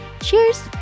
Cheers